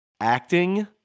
acting